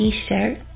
T-shirt